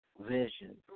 vision